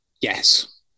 yes